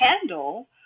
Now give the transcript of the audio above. handle